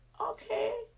okay